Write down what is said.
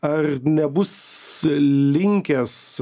ar nebus linkęs